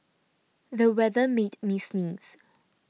the weather made me sneeze